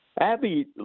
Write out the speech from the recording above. Abby